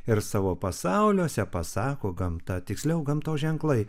ir savo pasauliuose pasako gamta tiksliau gamtos ženklai